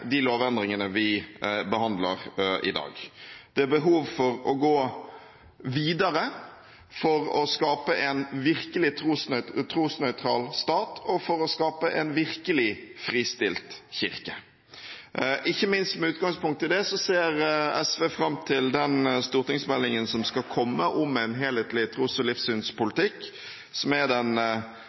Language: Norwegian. de lovendringene vi behandler i dag. Det er behov for å gå videre for å skape en virkelig trosnøytral stat og for å skape en virkelig fristilt kirke. Ikke minst med utgangspunkt i det ser SV fram til den stortingsmeldingen som skal komme om en helhetlig tros- og livssynspolitikk, som er den